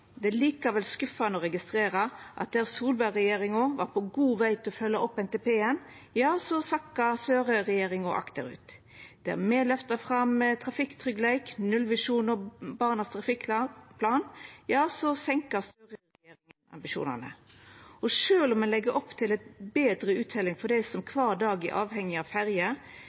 Det er likevel skuffande å registrera at der Solberg-regjeringa var på god veg til å følgja opp NTP, sakkar Støre-regjeringa akterut. Der me løfta fram trafikktryggleik, nullvisjon og Barnas transportplan, senkar Støre-regjeringa ambisjonane. Og sjølv om ein legg opp til betre utteljing for dei som kvar dag er avhengige av ferje,